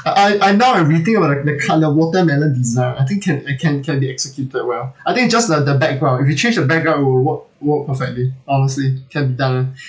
I I now I rethink about the the colour watermelon design I think can it can can be executed well I think just the the background if you change the background it will work work perfectly honestly it can be done [one]